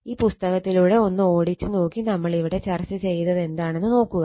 ഈ പുസ്തകത്തിലൂടെ ഒന്ന് ഓടിച്ച് നോക്കി നമ്മൾ ഇവിടെ ചർച്ച ചെയ്തതെന്താന്നെന്ന് നോക്കുക